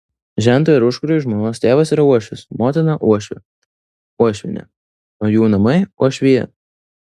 žentui ar užkuriui žmonos tėvas yra uošvis motina uošvė uošvienė o jų namai uošvija